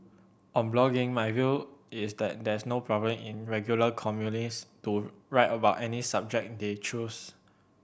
on blogging my view is that there's no problem in regular columnist to write about any subject they choose